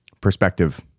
perspective